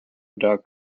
dot